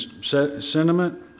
sentiment